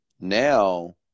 now